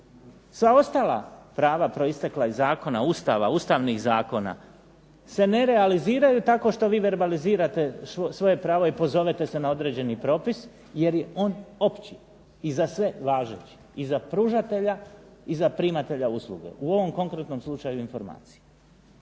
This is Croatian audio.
Sva ostala prava proistekla iz zakona, Ustava, ustavni zakona se ne realiziraju tako što vi verbalizirate svoje pravo i pozovete se na određeni propis, jer je on opći i za sve važeći, i za pružatelja i za primatelja usluge. U ovom konkretnom slučaju informacije.